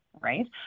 right